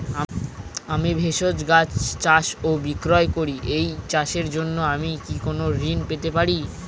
আমি ভেষজ গাছ চাষ ও বিক্রয় করি এই চাষের জন্য আমি কি কোন ঋণ পেতে পারি?